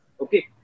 Okay